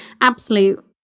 absolute